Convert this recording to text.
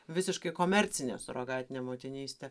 visiškai komercinė surogatinė motinystė